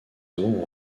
ont